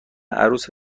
عروس